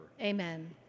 Amen